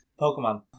Pokemon